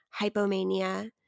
hypomania